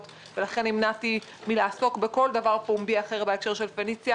ולכן נמנעתי מלעסוק בכל דבר פומבי אחר בהקשר של פניציה